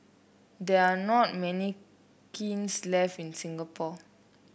there are not many kilns left in Singapore